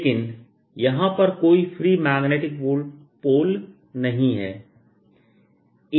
लेकिन यहां पर कोई फ्री मैग्नेटिक पोल नहीं हैं